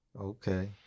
Okay